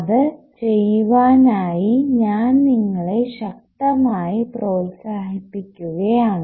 അത് ചെയ്യുവാനായി ഞാൻ നിങ്ങളെ ശക്തമായി പ്രോത്സാഹിപ്പിക്കുകയാണ്